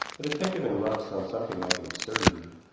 a detective in love sounds something like an absurdity,